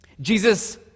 Jesus